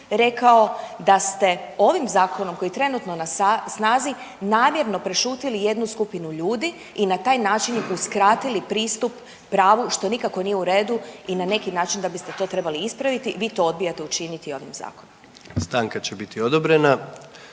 rekao da ste ovim zakonom koji je trenutno na snazi namjerno prešutjeli jednu skupinu ljudi i na taj način uskratili pristup pravu što nikako nije u redu i na neki način da biste to trebali ispraviti vi to odbijate učiniti ovim zakonom. **Jandroković, Gordan